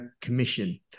Commission